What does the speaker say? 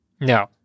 no